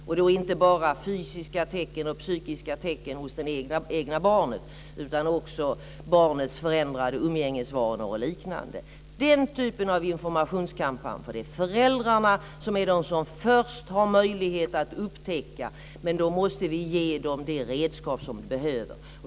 Det gäller inte bara fysiska och psykiska tecken hos det egna barnet utan också barnets förändrade umgängesvanor och liknande. Det är den typen av informationskampanj jag vill ha. Det är föräldrarna som är de som först har möjlighet att upptäcka detta, men då måste vi ge dem de redskap som de behöver.